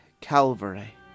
Calvary